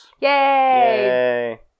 Yay